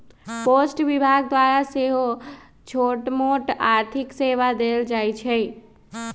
post विभाग द्वारा सेहो छोटमोट आर्थिक सेवा देल जाइ छइ